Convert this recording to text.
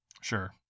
Sure